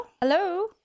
Hello